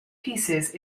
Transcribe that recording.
pieces